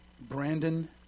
Brandon